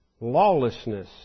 lawlessness